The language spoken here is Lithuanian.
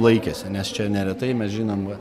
laikėsi nes čia neretai mes žinom